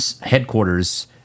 headquarters